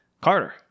Carter